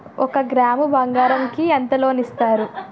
ఒక గ్రాము బంగారం కి ఎంత లోన్ ఇస్తారు?